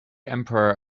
emperor